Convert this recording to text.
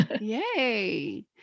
Yay